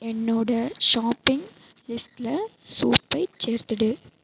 என்னோட ஷாப்பிங் லிஸ்ட்டில் சூப்பைச் சேர்த்துவிடு